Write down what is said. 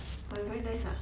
!wah! very nice sia